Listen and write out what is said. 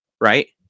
Right